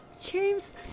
James